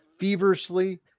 feverishly